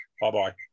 Bye-bye